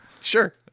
Sure